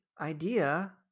idea